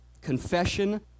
confession